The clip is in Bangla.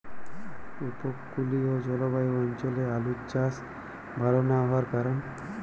উপকূলীয় জলবায়ু অঞ্চলে আলুর চাষ ভাল না হওয়ার কারণ?